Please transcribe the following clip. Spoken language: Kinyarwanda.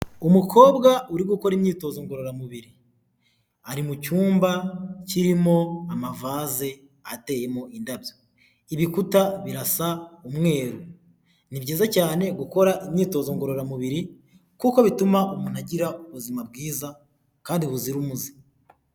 Umukobwa uri gukora imyitozo ngororamubiri, ari mu cyumba kirimo amavaze ateyemo indabyo, ibikuta birasa umweru, ni byiza cyane gukora imyitozo ngororamubiri kuko bituma umuntu agira ubuzima bwiza kandi buzira umuze.